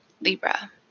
Libra